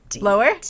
lower